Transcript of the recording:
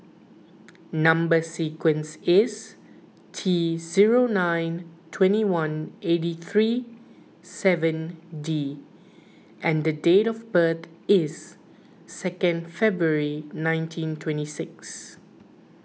Number Sequence is T zero nine twenty one eighty three seven D and date of birth is second February nineteen twenty six